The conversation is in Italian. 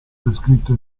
descritto